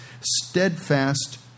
steadfast